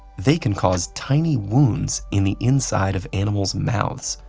they can cause tiny wounds in the inside of animals' mouths,